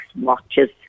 watches